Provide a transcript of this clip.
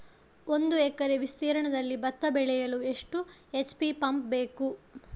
ಒಂದುಎಕರೆ ವಿಸ್ತೀರ್ಣದಲ್ಲಿ ಭತ್ತ ಬೆಳೆಯಲು ಎಷ್ಟು ಎಚ್.ಪಿ ಪಂಪ್ ಬೇಕು?